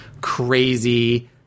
crazy